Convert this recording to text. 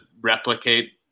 replicate